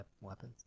weapons